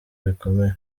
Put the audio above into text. bikomeye